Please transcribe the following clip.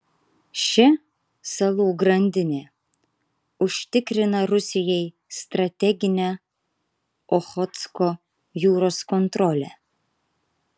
ši salų grandinė užtikrina rusijai strateginę ochotsko jūros kontrolę